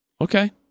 Okay